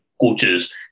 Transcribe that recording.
coaches